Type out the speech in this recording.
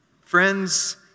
Friends